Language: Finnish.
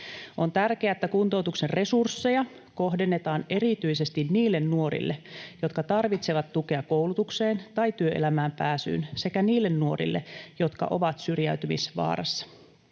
On tärkeää, että kuntoutuksen resursseja kohdennetaan erityisesti niille nuorille, jotka tarvitsevat tukea koulutukseen tai työelämään pääsyyn, sekä niille nuorille, jotka ovat syrjäytymisvaarassa.